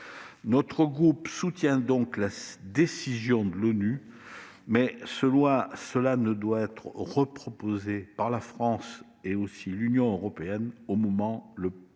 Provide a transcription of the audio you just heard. Notre groupe soutient donc la décision de l'ONU, mais cela doit être reproposé par la France et l'Union européenne au moment le plus